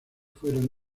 fueron